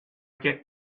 get